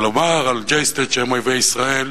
לומר על J Street שהם אויבי ישראל,